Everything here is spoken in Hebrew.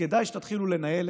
--- הוא לא הציג שום דוח שמאמת את